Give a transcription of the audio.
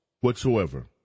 whatsoever